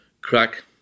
crack